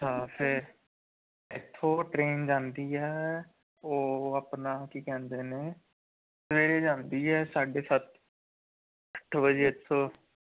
ਅੱਛਾ ਫਿਰ ਇੱਥੋਂ ਟਰੇਨ ਜਾਂਦੀ ਹੈ ਉਹ ਆਪਣਾ ਕੀ ਕਹਿੰਦੇ ਨੇ ਸਵੇਰੇ ਜਾਂਦੀ ਹੈ ਸਾਢੇ ਸੱਤ ਅੱਠ ਵਜੇ ਇੱਥੋਂ